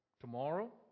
tomorrow